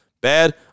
Bad